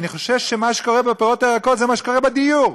אני חושב שמה שקורה בפירות וירקות זה מה שקורה בדיור.